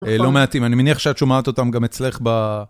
לא מעטים, אני מניח שאת שומעת אותם גם אצלך ב...